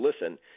listen